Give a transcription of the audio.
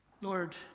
Lord